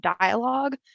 dialogue